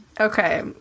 Okay